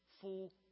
full